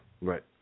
right